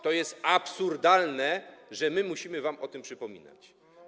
To jest absurdalne, że my musimy wam o tym przypominać.